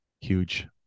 Huge